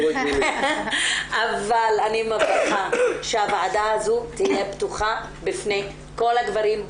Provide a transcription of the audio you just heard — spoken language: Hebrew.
אבל אני מבטיחה שהוועדה הזו תהיה פתוחה בפני כל הגברים,